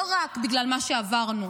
לא רק בגלל מה שעברנו,